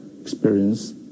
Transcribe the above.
Experience